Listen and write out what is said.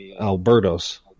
Alberto's